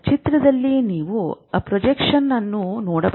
ಚಿತ್ರದಲ್ಲಿ ನೀವು ಪ್ರೊಜೆಕ್ಷನ್ ಅನ್ನು ನೋಡಬಹುದು